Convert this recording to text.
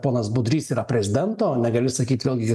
ponas budrys yra prezidento negali sakyt vėlgi